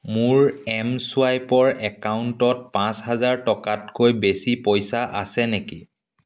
মোৰ M swiper একাউণ্টত পাঁচ হাজাৰ টকাতকৈ বেছি পইচা আছে নেকি